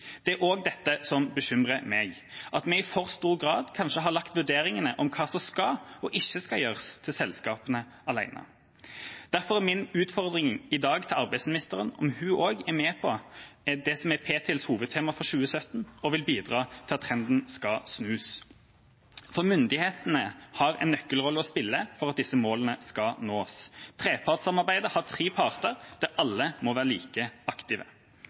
det bekymrer dem veldig. Det er også dette som bekymrer meg, at vi i for stor grad kanskje har lagt vurderingene om hva som skal og ikke skal gjøres, til selskapene alene. Derfor er min utfordring i dag til arbeidsministeren om hun er med på det som er Ptils hovedtema for 2017, å bidra til at trenden skal snus, for myndighetene har en nøkkelrolle å spille for at disse målene skal nås. Trepartssamarbeidet har tre parter der alle må være like aktive.